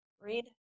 read